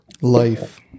life